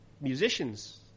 musicians